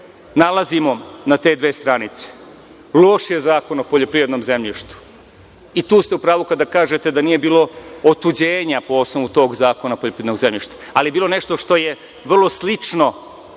nalazimo na te dve stranice. Loš je Zakon o poljoprivrednom zemljištu. I tu ste u pravu kada kažete da nije bilo otuđenja po osnovu tog zakona o poljoprivrednom zemljištu, ali je bilo nešto što je vrlo slično